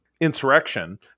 Insurrection